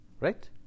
Right